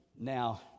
now